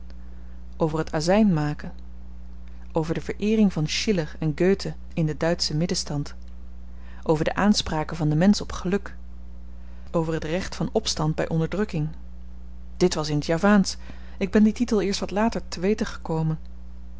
over het azyn maken over de vereering van schiller en göthe in den duitschen middenstand over de aanspraken van den mensch op geluk over het recht van opstand by onderdrukking dit was in t javaansch ik ben dien titel eerst later te weten gekomen